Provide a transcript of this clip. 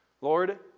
Lord